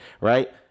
right